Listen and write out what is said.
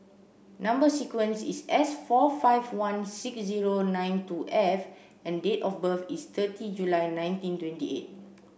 number sequence is S four five one six zero nine two F and date of birth is thirty July nineteen twenty eight